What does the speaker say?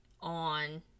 on